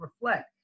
reflect